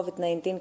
COVID-19